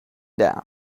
down